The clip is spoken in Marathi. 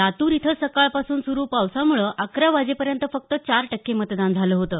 लातूर इथं सकाळपासून सुरू पावसामुळं अकरा वाजेपर्यंत फक्त चार टक्के मतदान झालं होतं